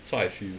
that's what I feel